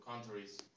countries